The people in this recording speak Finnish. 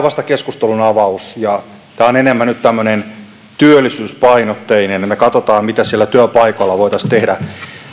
vasta keskustelun avaus ja enemmän nyt tämmöinen työllisyyspainotteinen me katsomme mitä siellä työpaikalla voitaisiin tehdä